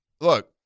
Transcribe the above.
look